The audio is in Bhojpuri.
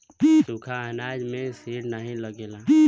सुखा अनाज में सीड नाही लगेला